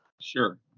Sure